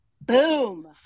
Boom